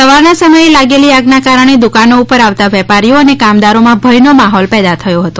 સવારના સમયે લાગેલી આગના કારણે દુકાનો પર આવતાં વેપારીઓ અને કામદારોમાં ભયનો માહોલ પેદા થયો હતો